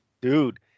Dude